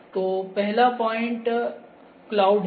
तो पहला point point cloud है